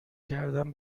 کردن